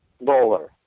bowler